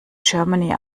germany